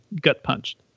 gut-punched